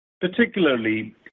particularly